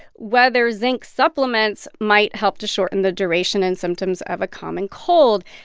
whether zinc supplements might help to shorten the duration and symptoms of a common cold.